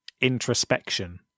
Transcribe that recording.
introspection